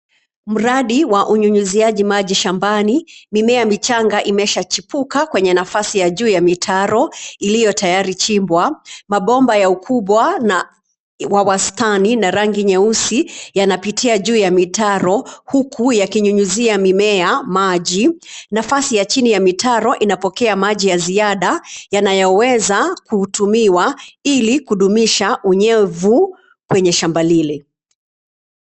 Mradi wa unyunyiziaji maji shambani. Mimea michanga imeshachipuka kwenye nafasi ya juu ya mitaro iliyo tayari chimbwa. Mabomba ya ukubwa na wa wastani na rangi nyeusi yanapitia juu ya mitaro, huku yakinyunyizia mimea maji. Nafasi ya chini ya mitaro inapokea maji ya ziada yanayoweza kutumiwa ilikudumisha unyevu kwenye shamba lile.